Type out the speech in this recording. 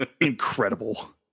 incredible